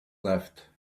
left